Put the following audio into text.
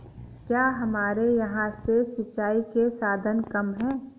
क्या हमारे यहाँ से सिंचाई के साधन कम है?